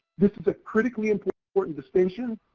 this is a critically important important distinction,